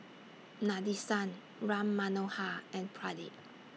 Nadesan Ram Manohar and Pradip